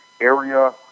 area